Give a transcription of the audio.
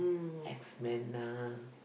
X-Men ah